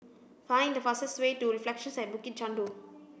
find the fastest way to Reflections at Bukit Chandu